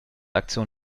aktion